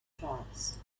tribes